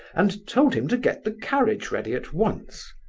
and told him to get the carriage ready at once.